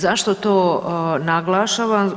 Zašto to naglašavam?